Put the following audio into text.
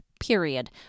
period